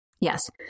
Yes